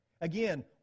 Again